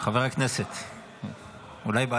חבר הכנסת ליברמן,